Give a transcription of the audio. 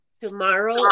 tomorrow